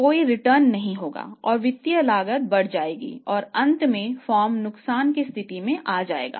कोई रिटर्न नहीं होगा और वित्तीय लागत बढ़ जाएगी और अंत में फर्म नुकसान की स्थिति में आ जाएगा